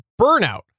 burnout